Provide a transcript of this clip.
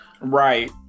Right